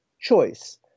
choice